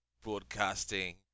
broadcasting